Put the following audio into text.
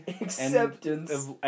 Acceptance